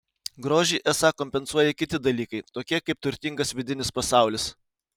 grožį esą kompensuoja kiti dalykai tokie kaip turtingas vidinis pasaulis